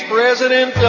President